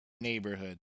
Neighborhood